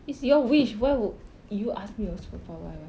it's your wish why would you ask me what superpower I want